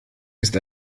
ist